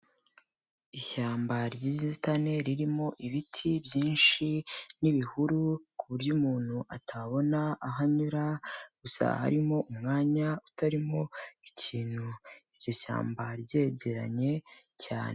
Ishyamba ry'inzitane ririmo ibiti byinshi n'ibihuru, ku buryo umuntu atabona aho anyura, gusa harimo umwanya utarimo ikintu iryo shyamba ryegeranye cyane.